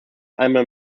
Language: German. einmal